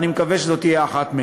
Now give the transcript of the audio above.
ואני מקווה שזאת תהיה אחת מהן.